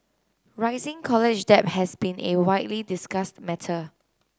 rising college debt has been a widely discussed matter